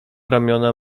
ramiona